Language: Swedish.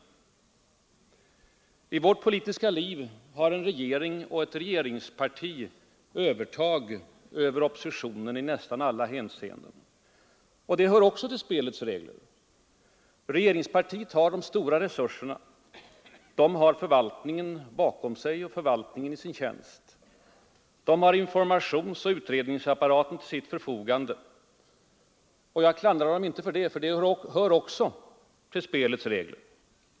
I vårt politiska liv har en regering och ett regeringsparti övertag över oppositionen i nästan alla hänseenden, och det hör också till spelets regler. Regeringspartiet har de stora resurserna; det har förvaltningen bakom sig och förvaltningen i sin tjänst. Det har informationsoch utredningsapparaten till sitt förfogande. Jag klandrar inte regeringspartiet härför, ty det hör också till spelets regler.